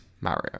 Mario